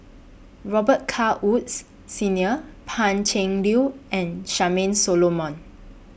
Robet Carr Woods Senior Pan Cheng Liu and Charmaine Solomon